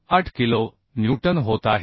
8 kilo newton होत आहे